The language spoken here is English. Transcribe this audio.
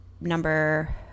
number